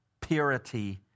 purity